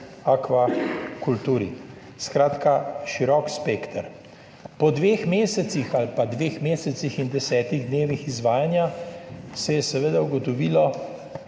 akva kulturi - skratka, širok spekter. Po dveh mesecih ali pa dveh mesecih in desetih dnevih izvajanja, se je seveda ugotovilo,